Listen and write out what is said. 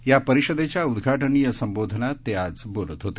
या परिषदेच्या उद्घाटनीय संबोधनात ते आज बोलत होते